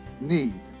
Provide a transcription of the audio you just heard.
need